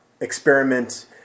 experiment